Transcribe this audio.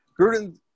Gruden